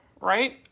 right